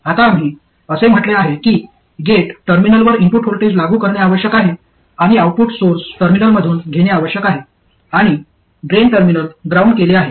आता आम्ही असे म्हटले आहे की गेट टर्मिनलवर इनपुट व्होल्टेज लागू करणे आवश्यक आहे आउटपुट सोर्स टर्मिनलमधून घेणे आवश्यक आहे आणि ड्रेन टर्मिनल ग्राउंड केले आहे